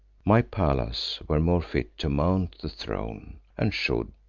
my pallas were more fit to mount the throne, and should,